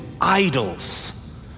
idols